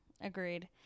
agreed